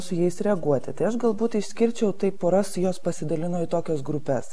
su jais reaguoti tai aš galbūt išskirčiau tai poras jos pasidalino į tokias grupes